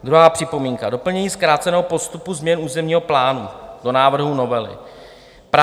Druhá připomínka: doplnění zkráceného postupu změn územního plánu do návrhu novely.